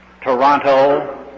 Toronto